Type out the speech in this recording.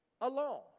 alone